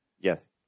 Yes